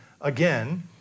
again